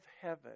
heaven